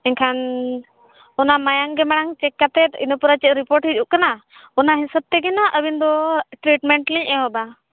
ᱮᱱᱠᱷᱟᱱ ᱚᱱᱟ ᱢᱟᱭᱟᱝ ᱜᱮ ᱢᱟᱲᱟᱝ ᱪᱮᱠ ᱠᱟᱛᱮᱫ ᱤᱱᱟᱹ ᱯᱚᱨᱮ ᱪᱮᱫ ᱨᱤᱯᱳᱨᱴ ᱦᱩᱭᱩᱜ ᱠᱟᱱᱟᱚᱱᱟ ᱦᱤᱥᱟᱹᱵᱽ ᱛᱮᱜᱮ ᱦᱟᱸᱜ ᱟᱹᱵᱤᱱ ᱫᱚ ᱴᱨᱤᱴᱢᱮᱱᱴ ᱞᱮ ᱮᱦᱚᱵᱟ